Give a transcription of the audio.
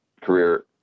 career